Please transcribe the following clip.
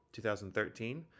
2013